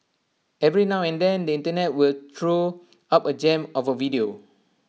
every now and then the Internet will throw up A gem of A video